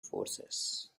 forces